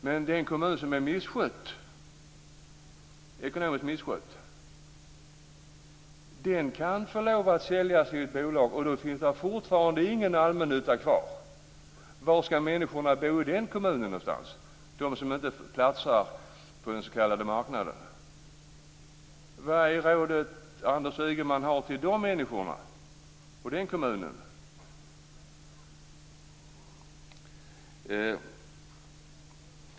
Men den kommun som är ekonomiskt misskött kan få sälja sitt bolag. Då finns det heller ingen allmännytta. Var skall de människor som inte platsar på den s.k. marknaden bo i den kommunen? Vad har Anders Ygeman för råd till de människorna och den kommunen?